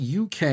UK